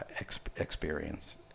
experience